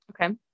okay